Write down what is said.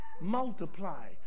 Multiply